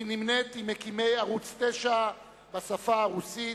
היא נמנית עם מקימי ערוץ-9 בשפה הרוסית,